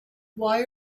why